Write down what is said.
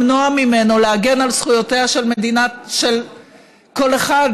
למנוע ממנו להגן על זכויותיו של כל אחד,